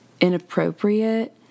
inappropriate